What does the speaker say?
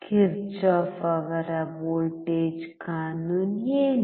Kirchhoff ಅವರ voltage ಕಾನೂನು ಏನು